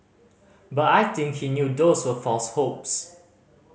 but I think he knew those were false hopes